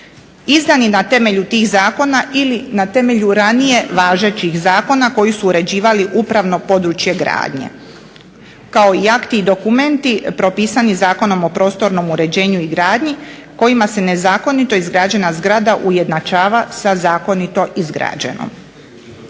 izdani na temelju tih zakona ili na temelju važećih zakona koji su uređivali upravo područje gradnje kao i akti i dokumenti propisani Zakonom o prostornom uređenju i gradnji kojima se nezakonite izgrađena zgrada ujednačava sa zakonito izgrađenom.